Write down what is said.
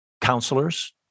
counselors